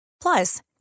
Plus